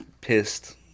pissed